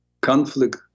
Conflict